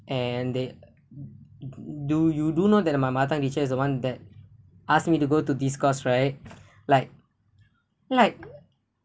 and they do you do know that my mother tongue teacher is the one that asked me to go to this course right like I'm like